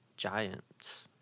Giants